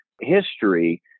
history